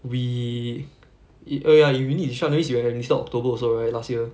we err oh ya if you need disrupt that means you enlisted october also right last year